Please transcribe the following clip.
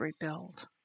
rebuild